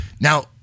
Now